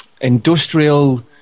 industrial